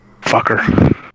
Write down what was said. Fucker